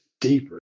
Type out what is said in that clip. deeper